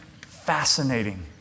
fascinating